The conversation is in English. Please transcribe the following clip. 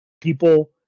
people